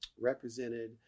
represented